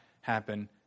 happen